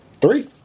Three